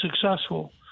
successful